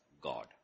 God